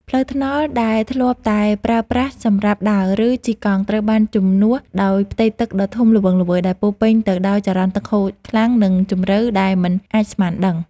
ផ្លូវថ្នល់ដែលធ្លាប់តែប្រើប្រាស់សម្រាប់ដើរ ឬជិះកង់ ត្រូវបានជំនួសដោយផ្ទៃទឹកដ៏ធំល្វឹងល្វើយ ដែលពោរពេញទៅដោយចរន្តទឹកហូរខ្លាំង និងជម្រៅដែលមិនអាចស្មានដឹង។